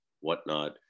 whatnot